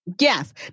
Yes